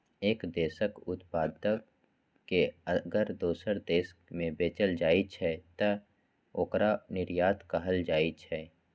एक देशक उत्पाद कें अगर दोसर देश मे बेचल जाइ छै, तं ओकरा निर्यात कहल जाइ छै